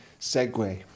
segue